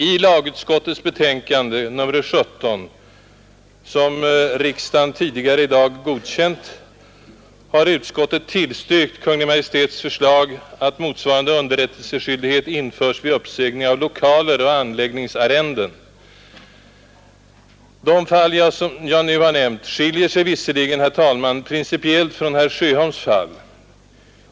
I lagutskottets betänkande nr 17, som riksdagen tidigare i dag godkänt, har utskottet tillstyrkt Kungl. Maj:ts förslag att motsvarande underrättelseskyldighet införs vid uppsägning av lokaler och anläggningsarrenden. De fall som jag nu nämnt skiljer sig visserligen, herr talman, principiellt från herr Sjöholms fall.